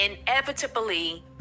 inevitably